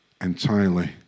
entirely